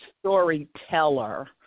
storyteller